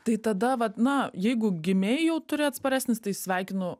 tai tada vat na jeigu gimei jau turi atsparesnis tai sveikinu